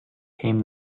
came